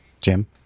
Jim